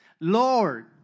Lord